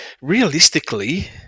realistically